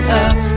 up